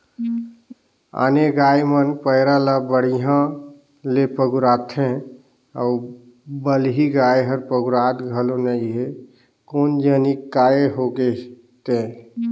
आने गाय मन पैरा ला बड़िहा ले पगुराथे अउ बलही गाय हर पगुरात घलो नई हे कोन जनिक काय होय गे ते